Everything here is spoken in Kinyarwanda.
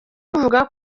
buvuga